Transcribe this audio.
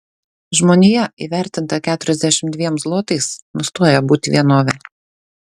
žmonija įvertinta keturiasdešimt dviem zlotais nustoja būti vienove